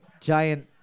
giant